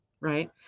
right